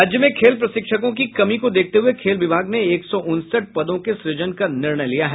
राज्य में खेल प्रशिक्षकों की कमी को देखते हुए खेल विभाग ने एक सौ उनसठ पदों के सृजन का निर्णय लिया है